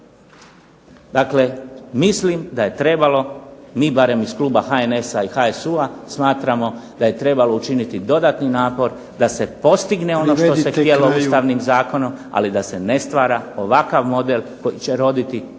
Dakle, mislim da je trebalo mi barem iz kluba HNS-a i HSU-a smatramo da je trebalo učiniti dodatni napor da se postigne ono što se htjelo Ustavnim zakonom ali da se ne stvara ovakav model koji će roditi čitav